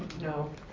No